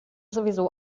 sowieso